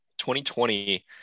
2020